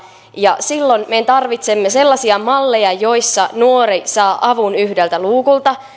ja silloin me tarvitsemme sellaisia malleja joissa nuori saa avun yhdeltä luukulta